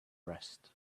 rest